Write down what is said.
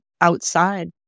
Outside